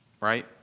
Right